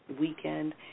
weekend